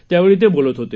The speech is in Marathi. त्यावेळी ते बोलत होते